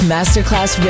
Masterclass